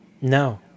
No